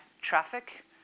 traffic